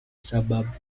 suburb